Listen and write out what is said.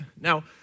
Now